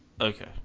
Okay